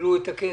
קיבלו את הכסף.